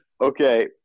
Okay